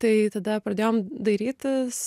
tai tada pradėjom dairytis